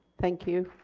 thank you.